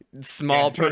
small